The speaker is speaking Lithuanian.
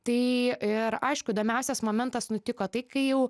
tai ir aišku įdomiausias momentas nutiko tai kai jau